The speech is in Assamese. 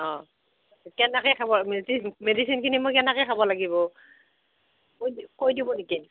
অঁ কেনেকৈ খাব মেডি মেডিছিনখিনি মই কেনেকৈ খাব লাগিব কৈ দি কৈ দিব নেকি